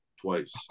twice